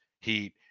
Heat